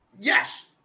yes